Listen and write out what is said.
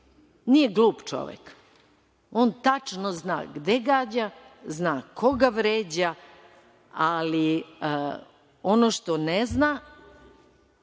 nije glup čovek. On tačno zna gde gađa, zna koga vređa, ali ono što ne zna,